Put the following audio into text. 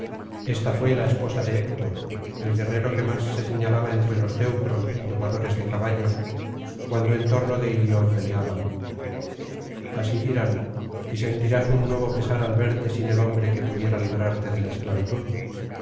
esta fué la esposa de héctor el guerrero que más se señalaba entre los teucros domadores de caballos cuando en torno de ilion peleaban así dirán y sentirás un nuevo pesar al verte sin el hombre que pudiera librarte de la esclavitud